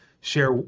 share